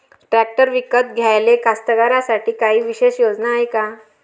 Tractor विकत घ्याले कास्तकाराइसाठी कायी विशेष योजना हाय का?